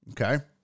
Okay